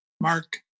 Mark